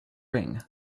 ring